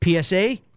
PSA